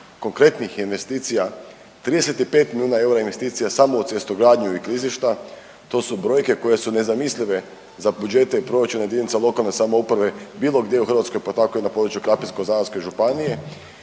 konkretnih investicija, 35 milijuna eura investicija samo u cestogradnju i klizišta. To su brojke koje su nezamislive za budžete i proračuna jedinica lokalne samouprave bilo gdje u Hrvatskoj, pa tako i na području Krapinsko-zagorske županije.